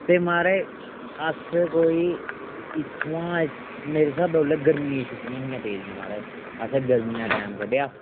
ते महाराज अस कोई इत्थुआं मेरे स्हाबै ओल्लै गर्मियें छुट्टियां हियां पेदियां महाराज असें गर्मियां दा टैम कड्ढेआ